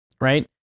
right